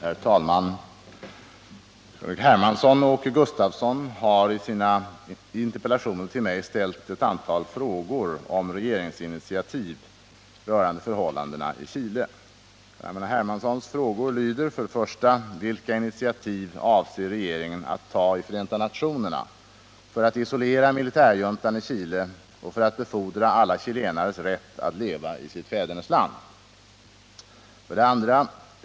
Herr talman! C.-H. Hermansson och Åke Gustavsson har i interpellationer till mig ställt ett antal frågor om regeringsinitiativ rörande förhållandena i Chile. C.-H. Hermanssons frågor lyder: 1. Vilka initiativ avser regeringen att ta i Förenta nationerna för att isolera militärjuntan i Chile och för att befordra alla chilenares rätt att leva i sitt fädernesland? 2.